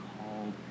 called